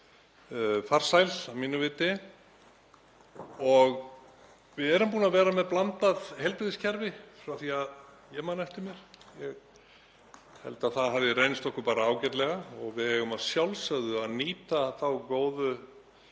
farsæl að mínu viti. Við erum búin að vera með blandað heilbrigðiskerfi frá því að ég man eftir mér og ég held að það hafi reynst okkur ágætlega og við eigum að sjálfsögðu að nýta þá góðu